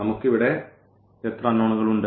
നമുക്ക് ഇവിടെ എത്ര അൺനോണുകളുണ്ട്